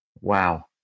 wow